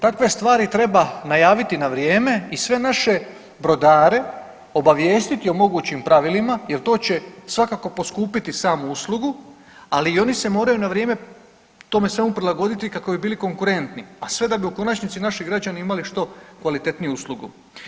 Takve stvari treba najaviti na vrijeme i sve naše brodare obavijestiti o mogućim pravilima jel to će svakako poskupjeti samu uslugu, ali i oni se moraju na vrijeme tome svemu prilagoditi kako bi bili konkurentni, a sve da bi u konačnici naši građani imali što kvalitetniju uslugu.